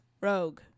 Rogue